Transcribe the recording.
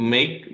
Make